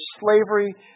slavery